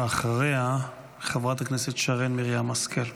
ולאחריה, חברת הכנסת שרן מרים השכל.